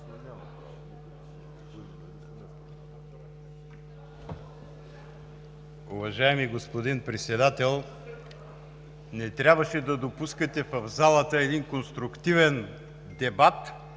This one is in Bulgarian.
Уважаеми господин Председател, не трябваше да допускате в залата един конструктивен дебат